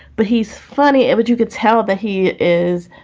but he's funny. it was you could tell that he is